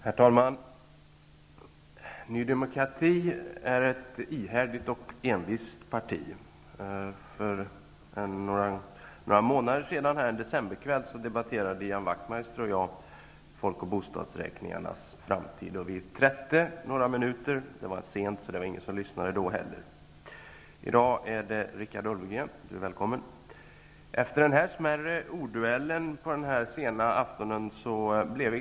Herr talman! Ny demokrati är ett ihärdigt och envist parti. En decemberkväll för några månader sedan debatterade Ian Wachtmeister och jag folkoch bostadsräkningarnas framtid. Vi trätte några minuter -- det var sent, så det var inte någon som lyssnade då heller. I dag är det Richard Ulfvengren som för Ny demokratis talan, och jag hälsar honom välkommen.